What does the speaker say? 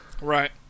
Right